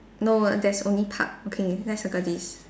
no there's only park okay let's circle this